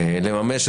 ראוי.